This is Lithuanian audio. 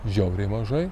žiauriai mažai